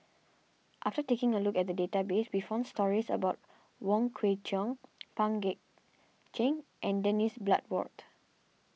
after taking a look at the database we found stories about Wong Kwei Cheong Pang Guek Cheng and Dennis Bloodworth